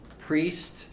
priest